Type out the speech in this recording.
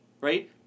right